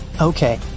Okay